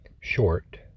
short